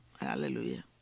hallelujah